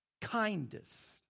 kindest